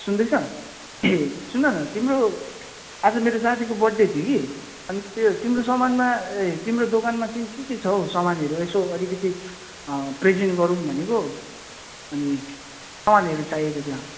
सुन्दैछ ए सुन न तिम्रो आज मेरो साथीको बर्थडे थियो कि अनि त्यो तिम्रो सामानमा ए तिम्रो दोकानमा चाहिँ के के छ हौ सामानहरू यसो अलिकति प्रेजेन्ट गरौँ भनेको अनि सामानहरू चाहिएको थियो